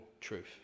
truth